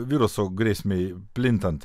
viruso grėsmei plintant